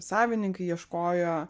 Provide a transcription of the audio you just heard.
savininkai ieškojo